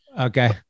Okay